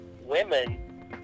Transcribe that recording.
women